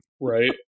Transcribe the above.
right